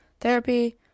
therapy